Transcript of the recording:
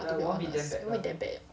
won't be that bad